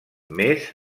més